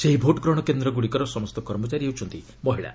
ସେହି ଭୋଟ୍ଗ୍ରହଣ କେନ୍ଦ୍ରଗୁଡ଼ିକର ସମସ୍ତ କର୍ମଚାରୀ ହେଉଛନ୍ତି ମହିଳା